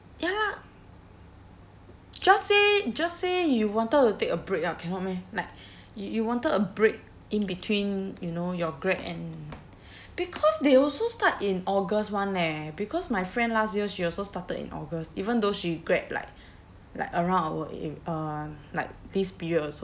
ya lah just say just say you wanted to take a break ah cannot meh like yo~ you wanted to take a break in between you know your grad and because they also start in august [one] leh because my friend last year she also started in august even though she grad like like around our a~ uh like this period also